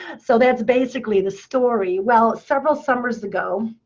so that's basically the story. well, several summers ago,